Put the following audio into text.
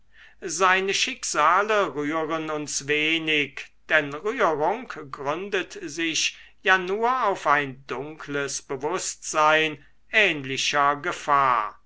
seine schicksale rühren uns wenig denn rührung gründet sich ja nur auf ein dunkles bewußtsein ähnlicher gefahr